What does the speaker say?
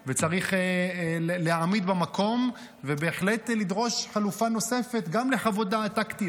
וצריך להעמיד במקום ובהחלט לדרוש חלופה נוספת גם לחוות דעת טקטיות,